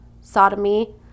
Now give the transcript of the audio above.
sodomy